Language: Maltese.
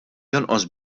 jonqos